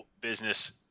business